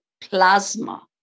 plasma